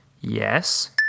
Yes